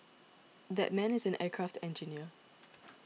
that man is an aircraft engineer